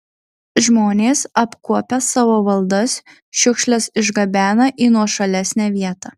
žmonės apkuopę savo valdas šiukšles išgabena į nuošalesnę vietą